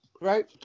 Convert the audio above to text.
right